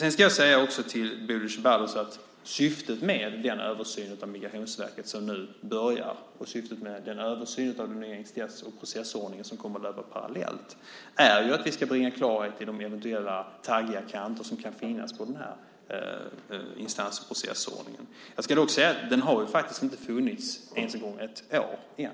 Jag ska också säga till Bodil Ceballos att syftet med den översyn av Migrationsverket som nu börjar och den översyn av den nya instans och processordningen som kommer att löpa parallellt är att vi ska bringa klarhet i de eventuella taggiga kanter som kan finnas i denna instans och processordning. Jag ska dock säga att den faktiskt inte har funnits ens ett år än.